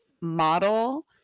model